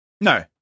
No